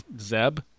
Zeb